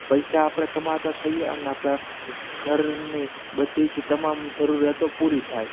પૈસા આપણે કમાતા થઈએ અને આપણાં ઘરની બધી જ તમામ જરૂરિયાતો પૂરી થાય